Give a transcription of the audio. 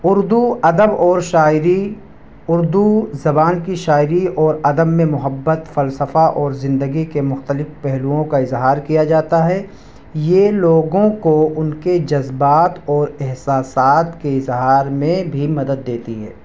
اردو ادب اور شاعری اردو زبان کی شاعری اور ادب میں محبت فلسفہ اور زندگی کے مختلف پہلوؤں کا اظہار کیا جاتا ہے یہ لوگوں کو ان کے جذبات اور احساسات کے اظہار میں بھی مدد دیتی ہے